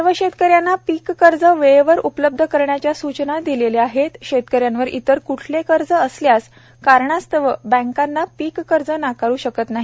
सर्व शेतकऱ्यांना पीक कर्ज वेळेवर उपलब्ध करण्याच्या सूचना दिलेल्या आहेत शेतकऱ्यांवर इतर कुठले कर्ज असल्याच्या कारणास्तव बँका पीक कर्ज नाकारू शकत नाही